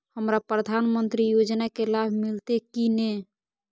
हमरा प्रधानमंत्री योजना के लाभ मिलते की ने?